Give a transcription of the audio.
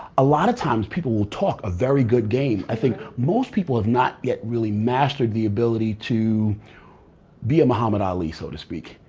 a lot of times, people will talk a very good game. i think most people have not yet really mastered the ability to be a muhammad ali, so to speak.